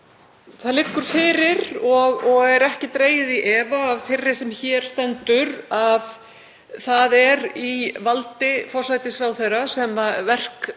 Það liggur fyrir og er ekki dregið í efa af þeirri sem hér stendur að það er í valdi forsætisráðherra sem